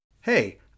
Hey